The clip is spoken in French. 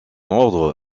ordre